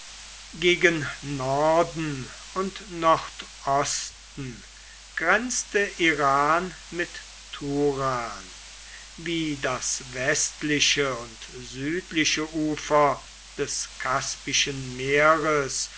gegen norden und nordosten grenzte iran mit turan wie das westliche und südliche ufer des kaspischen meeres